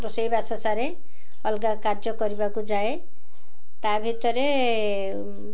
ରୋଷେଇବାସ ସାରେ ଅଲଗା କାର୍ଯ୍ୟ କରିବାକୁ ଯାଏ ତା' ଭିତରେ